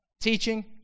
Teaching